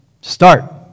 Start